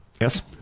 Yes